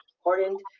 important